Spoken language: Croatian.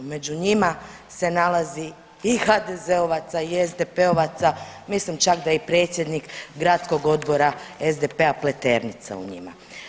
Među njima se nalazi i HDZ-ovaca i SDP-ovaca, mislim čak da je predsjednik Gradskog odbora SDP-a Pleternice u njima.